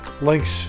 links